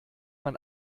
man